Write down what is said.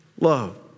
love